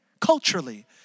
culturally